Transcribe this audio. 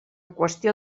qüestió